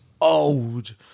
old